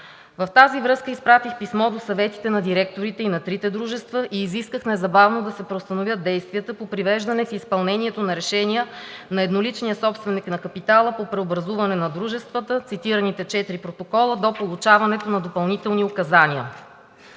В тази връзка изпратих писмо до съветите на директорите и на трите дружества и изисках незабавно да се преустановят действията по привеждане в изпълнението на решения на едноличния собственик на капитала по преобразуване на дружествата – цитираните четири протокола, до получаването на допълнителни указания.